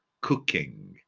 cooking